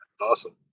Awesome